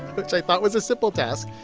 which i thought was a simple task,